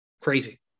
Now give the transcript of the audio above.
Crazy